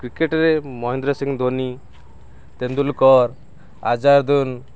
କ୍ରିକେଟ୍ରେ ମହେନ୍ଦ୍ର ସିଂ ଧୋନି ତେନ୍ଦୁଲକର୍ ଆଜାରୁଦ୍ଦିନ୍